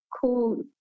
cool